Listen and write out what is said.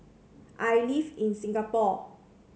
I live in Singapore